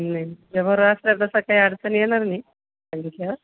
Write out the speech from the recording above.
नाही तुमच्याबरोबर असल्यावर तसा काही अडचण येणार नाही सांगितल्यावर